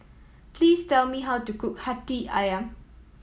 please tell me how to cook Hati Ayam